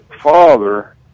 father